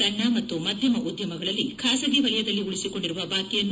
ಸಣ್ಣ ಮತ್ತು ಮಧ್ಯಮ ಉದ್ಯಮಗಳಲ್ಲಿ ಖಾಸಗಿ ವಲಯದಲ್ಲಿ ಉಳಿಸಿಕೊಂಡಿರುವ ಬಾಕಿಯನ್ನು